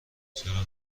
چرا